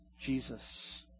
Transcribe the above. Jesus